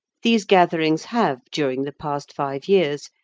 these gatherings have, during the past five years,